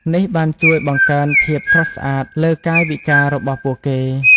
នេះបានជួយបង្កើនភាពស្រស់ស្អាតលើកាយវិការរបស់ពួកគេ។